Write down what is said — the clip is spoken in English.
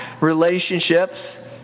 relationships